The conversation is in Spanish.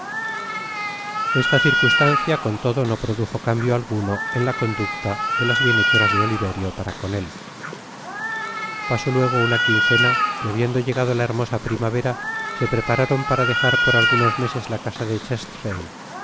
esta circunstancia con todo no produjo cambio algun o en la conducta de las bienhechoras de oliverio para con él pasó luego una quineena y habiendo llegado la hermosa primavera se prepararon para dejar por algunos meses la casa de chertsey en